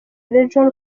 regional